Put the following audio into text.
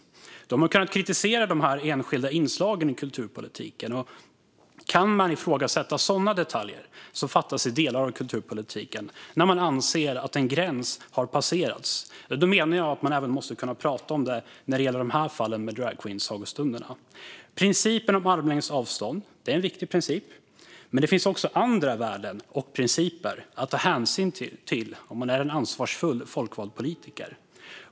Då har man kunnat kritisera de enskilda inslagen i kulturpolitiken. Kan man ifrågasätta sådana detaljer i delar av kulturpolitiken när man anser att en gräns har passerats, ja, då menar jag att man även måste kunna prata om det när det gäller fallen med dragqueensagostunderna. Principen om armlängds avstånd är en viktig princip, men det finns också andra värden och principer att ta hänsyn till som en ansvarsfull folkvald politiker.